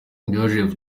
joseph